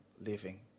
living